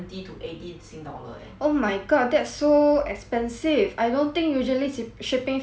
oh my god that's so expensive I don't think usually ship~ shipping fee will cost that much sia